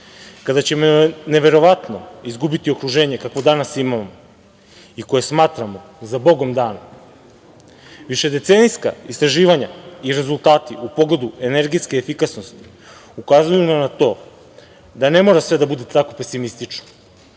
kada ćemo verovatno izgubiti okruženje kakvo danas imamo i koje smatramo za Bogom dano. Višedecenijska istraživanja i rezultati u pogledu energetske efikasnosti ukazuju na to da ne mora sve da bude tako pesimistično